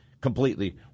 completely